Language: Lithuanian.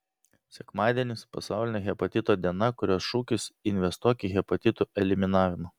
sekmadienis pasaulinė hepatito diena kurios šūkis investuok į hepatitų eliminavimą